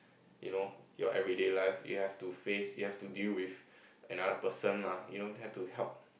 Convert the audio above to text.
you know your everyday life you have to face you have to deal with another person lah you know have to help